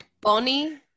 Bonnie